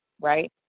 right